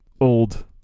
old